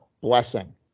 blessing